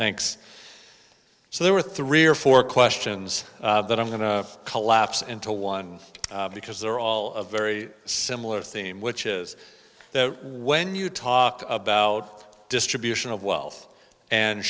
thanks so there were three or four questions that i'm going to collapse into one because they're all of very similar theme which is the when you talk about distribution of wealth and